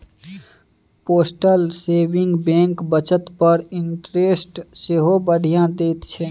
postal saving bank बचत पर interest सेहो बढ़ियाँ दैत छै